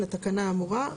לתקנה האמורה.